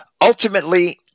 Ultimately